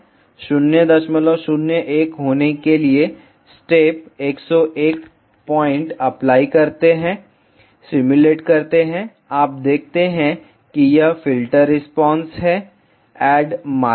001 होने के लिए स्टेप 101 पॉइंट अप्लाई करते हैं सिम्युलेट करते हैं आप देखते हैं कि यह फ़िल्टर रिस्पांस है ऐड मार्कर